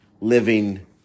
living